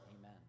amen